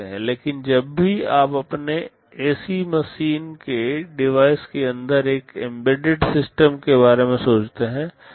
लेकिन जब भी आप अपने एसी मशीन जैसे डिवाइस के अंदर एक एम्बेडेड सिस्टम के बारे में सोचते हैं